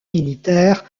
militaires